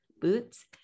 boots